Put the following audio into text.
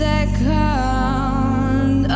Second